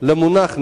למונח "נכה"